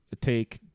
take